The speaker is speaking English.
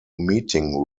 meeting